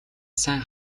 сайн